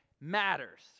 matters